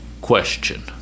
question